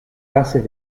gases